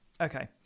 okay